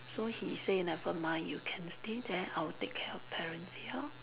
so he say never mind you can stay there I'll take care of parents here